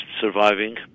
surviving